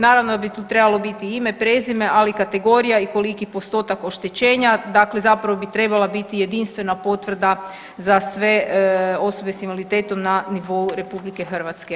Naravno da bi tu trebalo biti ime, prezime, ali i kategorija i koliki postotak oštećenja, dakle zapravo bi trebala biti jedinstvena potvrda za sve osobe s invaliditetom na nivou RH.